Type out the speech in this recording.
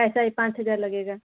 पैसा यह पाँच हज़ार लगेगा